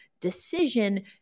decision